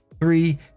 Three